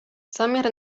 zamiar